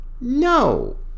No